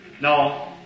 No